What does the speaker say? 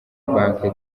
banki